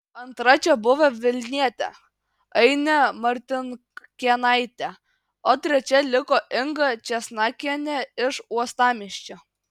antra čia buvo vilnietė ainė martinkėnaitė o trečia liko inga česnakienė iš uostamiesčio